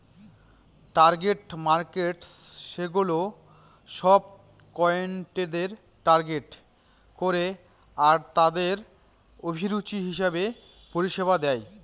target markets সেগুলা সব ক্লায়েন্টদের টার্গেট করে আরতাদের অভিরুচি হিসেবে পরিষেবা দেয়